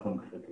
אנחנו מחכים